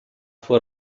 fue